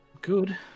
Good